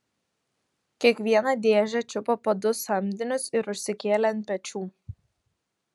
kiekvieną dėžę čiupo po du samdinius ir užsikėlė ant pečių